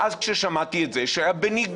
ואז כששמעתי את זה, שהיה בניגוד